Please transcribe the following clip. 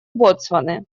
ботсваны